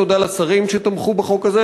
תודה לשרים שתמכו בחוק הזה,